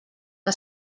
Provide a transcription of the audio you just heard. que